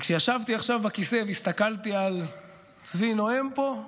וכשישבתי עכשיו בכיסא והסתכלתי על צבי נואם פה,